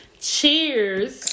cheers